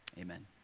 amen